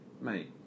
Mate